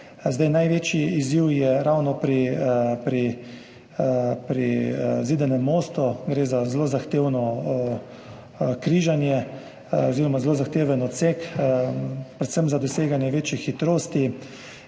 Največji izziv je ravno pri Zidanem mostu. Gre za zelo zahtevno križanje oziroma zelo zahteven odsek, predvsem za doseganje večje hitrosti.